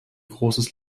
großes